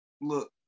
look